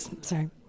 Sorry